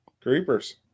Creepers